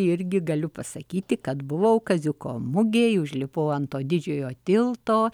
irgi galiu pasakyti kad buvau kaziuko mugėje užlipau ant to didžiojo tilto